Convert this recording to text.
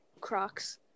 Crocs